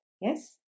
Yes